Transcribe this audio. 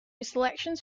selections